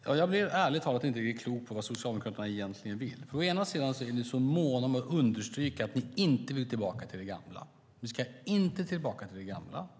Fru talman! Jag blir ärligt talat inte riktigt klok på vad Socialdemokraterna egentligen vill. Ni är måna om att understryka att ni inte vill tillbaka till det gamla.